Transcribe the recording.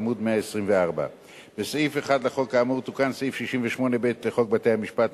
עמוד 124. בסעיף 1 לחוק האמור תוקן סעיף 68(ב) לחוק בתי-המשפט ,